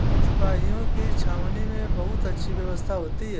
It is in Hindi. सिपाहियों की छावनी में बहुत अच्छी व्यवस्था होती है